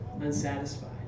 unsatisfied